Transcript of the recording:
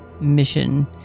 mission